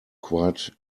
quite